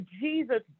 Jesus